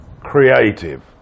creative